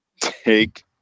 Take